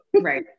Right